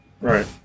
Right